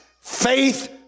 faith